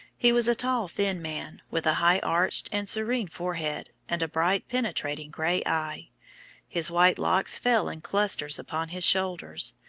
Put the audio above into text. he was a tall thin man, with a high-arched and serene forehead, and a bright penetrating grey eye his white locks fell in clusters upon his shoulders,